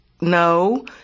no